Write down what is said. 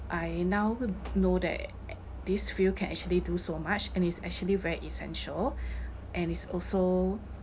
I now know that this field can actually do so much and it's actually very essential and it's also